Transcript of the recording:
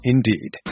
Indeed